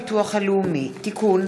הצעת חוק הביטוח הלאומי (תיקון,